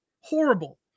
horrible